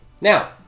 Now